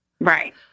Right